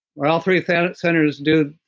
where all three three centers do.